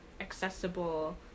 accessible